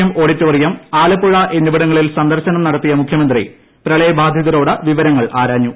M auditorium Alappuzha എന്നിവിടങ്ങളിൽ സന്ദർശനം നടത്തിയ മുഖ്യമന്ത്രി പ്രളയബാധിതരോട് വിവരങ്ങൾ ആരാഞ്ഞു